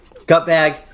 Gutbag